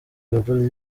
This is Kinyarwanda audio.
gabon